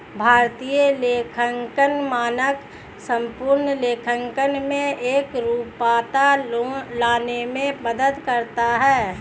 भारतीय लेखांकन मानक संपूर्ण लेखांकन में एकरूपता लाने में मदद करता है